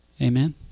Amen